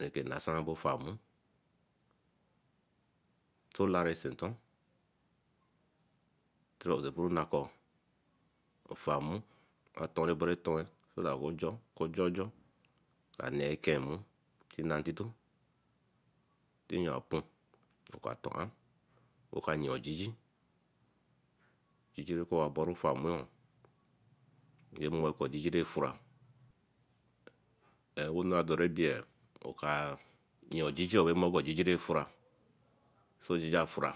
Rekanasan refamu talare sinton usekporen nako famu a toru egbere toen so that ekwe njo ekwe njenja Ka nee ke nmu ki nna intito tayanpu tonaa oka napiajiji ojyi rafan Omua reken jiji rafura renadorabea oka yia Jiji oo amoko jiji repura, ah jiji a fura